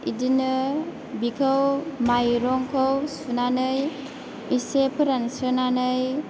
बिदिनो बिखौ माइरंखौ सुनानै एसे फोरानस्रोनानै